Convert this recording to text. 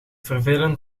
vervelend